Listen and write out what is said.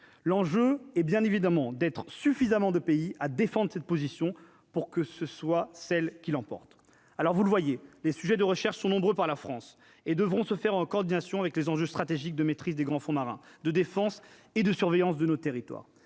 l'enjeu est bien évidemment d'être suffisamment de pays à défendre cette position pour que ce soit celles qui l'emporte, alors vous le voyez, les sujets de recherche sont nombreux, par la France et devront se faire en coordination avec les enjeux stratégiques de maîtrise des grands fonds marins de défense et de surveillance de nos territoires,